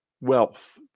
wealth